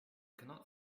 cannot